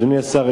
אדוני השר,